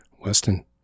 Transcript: Weston